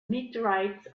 meteorites